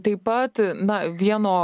taip pat na vieno